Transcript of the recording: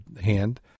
hand